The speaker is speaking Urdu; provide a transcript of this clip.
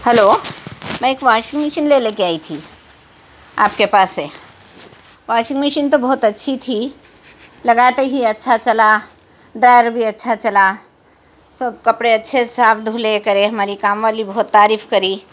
ہیلو میں ایک واشنگ مشین لے لے کے آئی تھی آپ کے پاس سے واشنگ مشین تو بہت اچھی تھی لگاتے ہی اچھا چلا ڈرائر بھی اچھا چلا سب کپڑے اچھے صاف دھلے کرے ہماری کام والی بہت تعریف کری